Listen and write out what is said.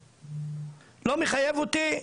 הוא לא מחייב אותי.